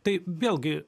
tai vėlgi